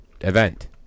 event